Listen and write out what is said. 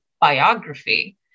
biography